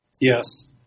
Yes